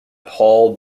paul